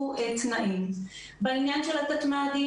בעניין של התתמ"דים,